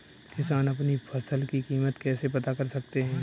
किसान अपनी फसल की कीमत कैसे पता कर सकते हैं?